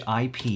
IP